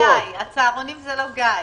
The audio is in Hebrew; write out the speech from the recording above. הצהרונים זה לא גיא.